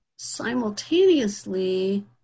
simultaneously